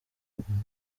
umwe